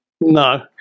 No